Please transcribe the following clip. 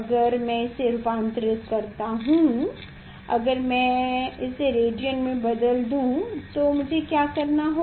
अगर मैं इसे रूपांतरित करता हूं अगर मैं इसे रेडियन में बदल दूं तो मुझे क्या करना है